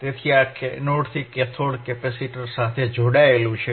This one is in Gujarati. તેથી આ એનોડથી કેથોડ કેપેસિટર સાથે જોડાયેલ છે